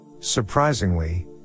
Surprisingly